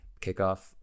kickoff